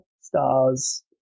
stars